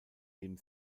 dem